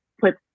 put